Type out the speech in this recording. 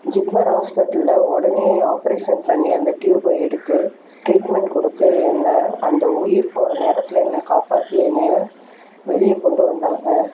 JIPMER ஹாஸ்பெட்லில் உடனே operation பண்ணி அந்த டியூப்பை எடுத்து ட்ரீட்மெண்ட் கொடுத்து என்ன அந்த உயிர் போகிற நேரத்தில் என்னை காப்பாற்றி என்னை வெளியே கொண்டு வந்தாங்க